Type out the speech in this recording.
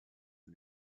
and